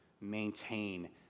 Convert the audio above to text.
maintain